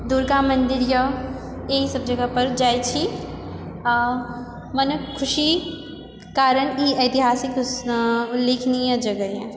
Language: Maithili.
दुर्गा मन्दिरए यहीसभ जगह पर जाइत छी आ मनक खुशी कारण ई ऐतिहासिक उल्लेखनीय जगहए